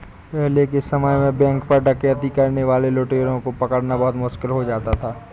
पहले के समय में बैंक पर डकैती करने वाले लुटेरों को पकड़ना बहुत मुश्किल हो जाता था